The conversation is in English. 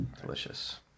Delicious